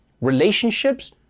relationships